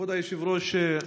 כבוד היושב-ראש,